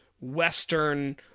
Western